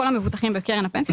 כל המבוטחים בקרן הפנסיה,